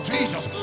Jesus